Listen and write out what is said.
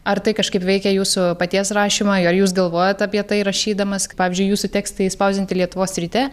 ar tai kažkaip veikia jūsų paties rašymą ar jūs galvojat apie tai rašydamas pavyzdžiui jūsų tekstai išspausdinti lietuvos ryte